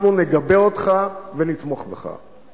אנחנו נגבה אותך ונתמוך בך.